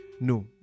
No